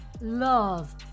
love